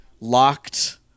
locked